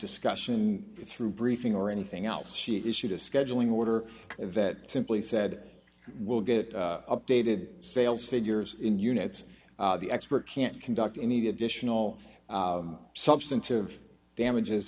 discussion through briefing or anything else she issued a scheduling order that simply said we'll get updated sales figures in units of the expert can't conduct any additional substantive damages